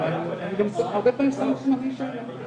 מוגבר אם את נשאית במוטציה לחלות בסרטן שד ושחלה,